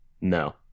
No